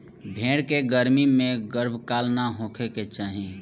भेड़ के गर्मी में गर्भकाल ना होखे के चाही